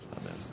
Amen